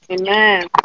Amen